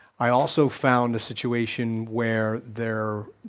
i also found the situation where there,